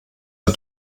der